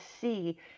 see